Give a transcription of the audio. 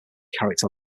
character